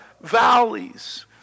valleys